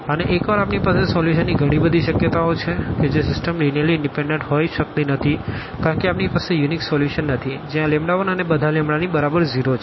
અને એકવાર આપણી પાસે સોલ્યુશનની ઘણી બધી શક્યતાઓ છે કે જે સિસ્ટમ લીનીઅર્લી ઇનડીપેનડન્ટ હોઈ શકતી નથી કારણ કે આપણી પાસે યુનિક સોલ્યુશન નથી જે આ 1 અને બધા ની બરાબર 0 છે